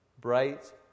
bright